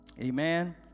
Amen